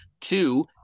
Two